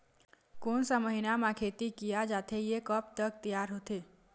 कोन सा महीना मा खेती किया जाथे ये कब तक तियार होथे?